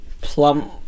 plum